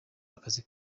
akazi